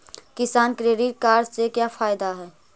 किसान credit card से का फायदा है?